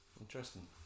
interesting